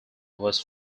was